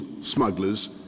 smugglers